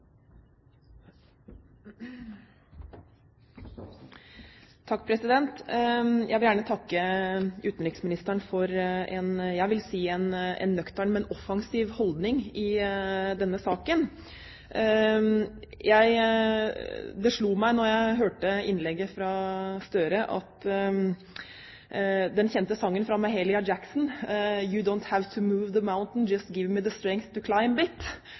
Jeg vil gjerne takke utenriksministeren for en – jeg vil si – nøktern, men offensiv holdning i denne saken. Da jeg hørte innlegget fra Gahr Støre, slo den kjente sangen fra Mahalia Jackson meg: «Now Lord don’t move my mountain but give me the strength to climb» Jeg tror vi alle forstår hva det